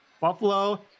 Buffalo